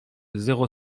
zéro